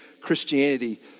Christianity